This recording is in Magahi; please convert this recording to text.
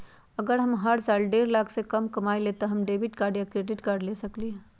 अगर हम हर साल डेढ़ लाख से कम कमावईले त का हम डेबिट कार्ड या क्रेडिट कार्ड ले सकली ह?